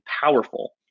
powerful